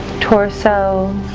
torso,